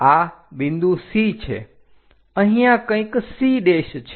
આ બિંદુ C છે અહીંયા કંઈક C છે